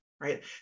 right